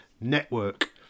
Network